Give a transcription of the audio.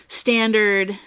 standard